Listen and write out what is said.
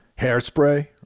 hairspray